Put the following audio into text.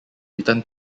returned